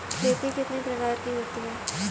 खेती कितने प्रकार की होती है?